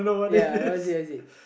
ya